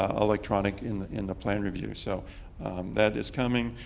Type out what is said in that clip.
ah electronic in in the plan review. so that is coming.